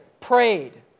prayed